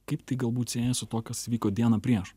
kaip tai galbūt siejas su tuo kas vyko dieną prieš